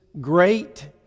great